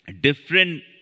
different